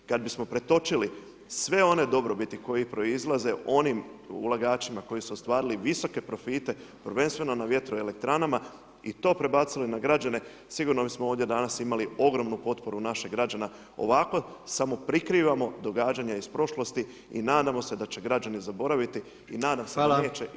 Kad bismo pretočili sve one dobrobiti koje proizlaze onim ulagačima koji su ostvarili visoke profite, prvenstveno na vjetroelektranama i to prebacili na građane sigurno bismo ovdje danas imali ogromnu potporu naših građana, ovako samo prikrivamo događanja iz prošlosti i nadamo se da će građani zaboraviti i nadam se da neće [[Upadica: Hvala.]] i upozoravat ću na to.